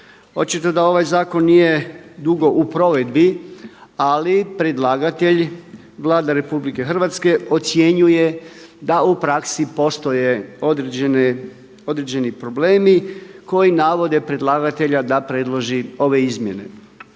Očito da ovaj zakon nije dugo u provedbi ali predlagatelj, Vlada RH ocjenjuje da u praksi postoje određeni problemi koji navode predlagatelja da predloži ove izmjene.